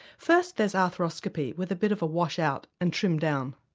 first there's arthroscopy with a bit of a wash out and trim down.